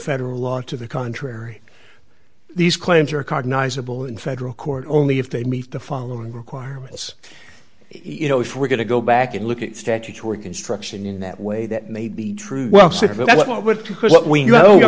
federal law to the contrary these claims are cognizable in federal court only if they meet the following requirements you know if we're going to go back and look at statutory construction in that way that may be true